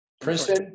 Princeton